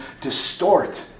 distort